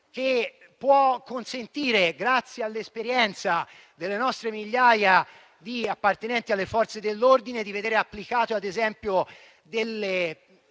che può consentire, grazie all'esperienza delle nostre migliaia di appartenenti alle Forze dell'ordine, di vedere applicati, ad esempio, dei